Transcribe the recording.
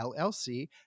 LLC